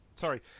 sorry